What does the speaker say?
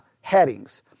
headings